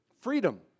Freedom